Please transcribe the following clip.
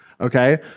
okay